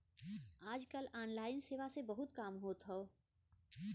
आज कल ऑनलाइन सेवा से बहुत काम होत हौ